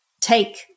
take